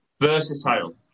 versatile